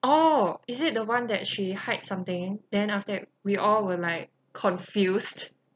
oh is it the one that she hide something then after that we all were like confused